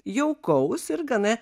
jaukaus ir gana